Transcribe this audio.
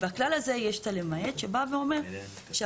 בכלל הזה יש את הלמעט שבא ואומר שהרגולטור